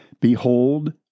Behold